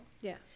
Yes